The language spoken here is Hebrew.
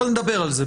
אבל נדבר על זה.